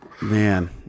man